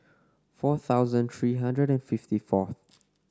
four thousand three hundred and fifty fourth